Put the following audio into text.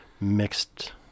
mixed